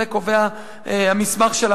זה קובע המסמך של הממ"מ,